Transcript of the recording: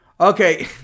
Okay